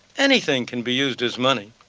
anything can be used as money.